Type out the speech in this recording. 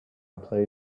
play